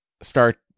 start